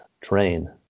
train